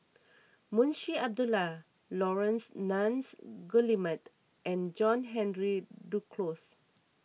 Munshi Abdullah Laurence Nunns Guillemard and John Henry Duclos